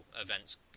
Events